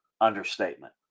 understatement